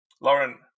Lauren